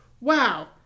wow